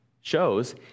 shows